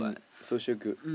social good